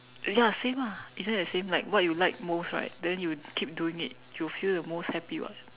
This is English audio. ya same lah isn't that the same like what you like most right then you keep doing it you will feel the most happy [what]